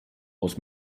aus